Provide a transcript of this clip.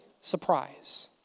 surprise